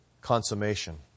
consummation